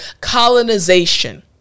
colonization